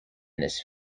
this